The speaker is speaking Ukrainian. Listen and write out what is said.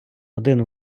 один